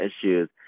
issues